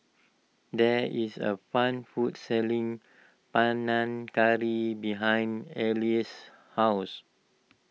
there is a fan court selling Panang Curry behind Elissa's house